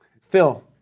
Phil